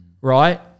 Right